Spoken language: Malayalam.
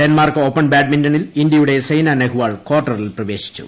ഡെൻമാർക്ക് ഓപ്പൺ ബാന്റ്മിന്റണിൽ ഇന്ത്യയുടെ സൈന നെഹ്വാൾ ക്വാർട്ടറിൽ പ്രവേശിച്ചു